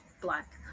black